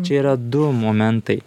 čia yra du momentai